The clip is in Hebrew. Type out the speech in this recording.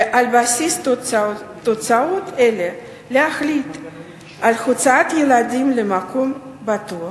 ועל בסיס תוצאותיו להחליט על הוצאת ילדים למקום בטוח.